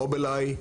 מוביליי,